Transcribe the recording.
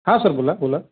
हां सर बोला बोला